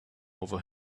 over